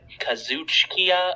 Kazuchika